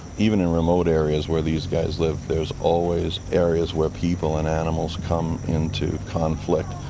even in remote areas where these guys live, there's always areas where people and animals come into conflict.